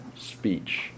speech